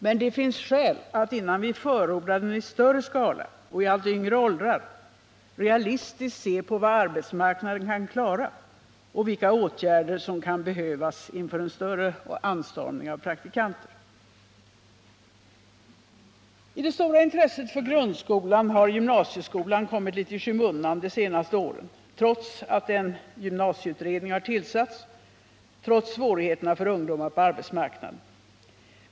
Men det finns skäl att innan vi förordar den i större skala och för ungdomar i allt yngre åldrar realistiskt se på vad arbetsmarknaden kan klara och vilka åtgärder som kan behövas inför en större anstormning av praktikanter. Genom det stora intresset för grundskolan har gymnasieskolan kommit litet i skymundan de senaste åren, trots att en gymnasieutredning tillsatts och trots svårigheterna för ungdomar på arbetsmarknaden.